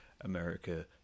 America